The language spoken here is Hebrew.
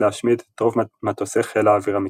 להשמיד את רוב מטוסי חיל האוויר המצרי.